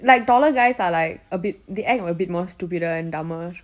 like taller guys are like a bit they act a bit more stupider and dumber